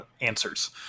answers